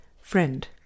Friend